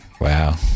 wow